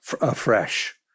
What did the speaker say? afresh